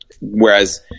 Whereas